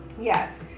Yes